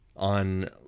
On